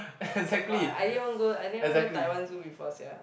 but I I didn't even go I didn't even go Taiwan zoo before sia